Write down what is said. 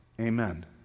Amen